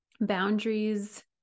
boundaries